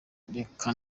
reka